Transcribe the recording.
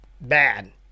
bad